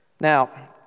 Now